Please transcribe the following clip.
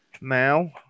now